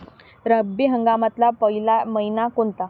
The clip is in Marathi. रब्बी हंगामातला पयला मइना कोनता?